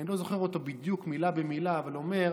אני לא זוכר אותו בדיוק מילה במילה, אבל הוא אומר: